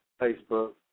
Facebook